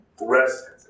rest